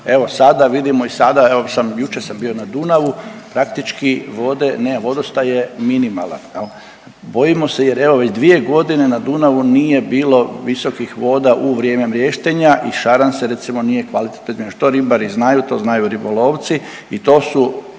Evo sada vidimo i sada evo sam, jučer sam bio na Dunavu, praktički vode ne, vodostaj je minimalan, je li, bojimo se jer evo, 2 godine na Dunavu nije bilo visokih voda u vrijeme mriještenja i šaran se, recimo, nije kvalitetno .../Govornik se ne razumije./... što ribari znaju, to znaju ribolovci i to su